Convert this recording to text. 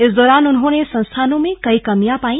इस दौरान उन्होंने संस्थानों में कई कमियां पाई